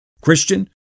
Christian